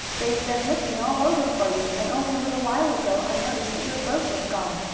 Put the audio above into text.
they've been looking all over for you, and only a little while ago i noticed that your boat was gone.